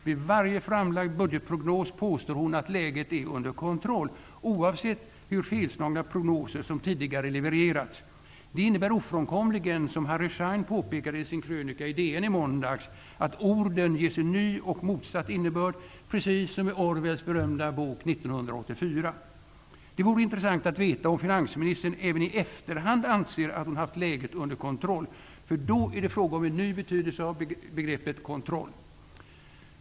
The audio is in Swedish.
Vid varje framlagd budgetprognos påstår hon att läget är under kontroll, oavsett hur felslagna prognoser som tidigare levererats. Det innebär ofrånkomligen, som Harry Schein påpekade i sin krönika i DN i måndags, att orden ges en ny och ofta motsatt innebörd, precis som i Orwells berömda bok ''l984''. Det vore intressant att veta om finansministern även i efterhand anser att hon haft läget under kontroll. Då är det fråga om en ny betydelse av begreppet kontroll.